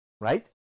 Right